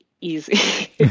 easy